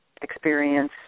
experience